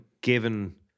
given